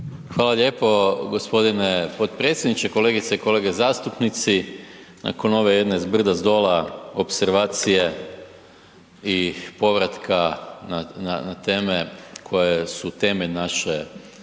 Hvala lijepo gospodine potpredsjedniče. Kolegice i kolege zastupnici nakon ove jedne zbrda, zdola opservacije i povratka na teme koje su teme naše